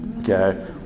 okay